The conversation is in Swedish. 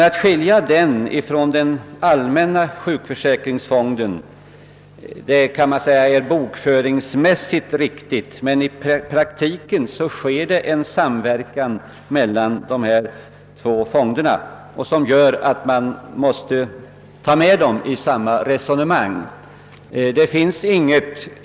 Att skilja denna från den allmänna sjukförsäkringsfonden kan sägas vara bokföringsmässigt riktigt, men i praktiken sker det en samverkan mellan dessa två fonder, som gör det nödvändigt att se dem i ett sammanhang.